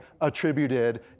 attributed